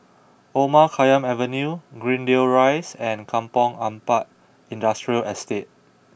Omar Khayyam Avenue Greendale Rise and Kampong Ampat Industrial Estate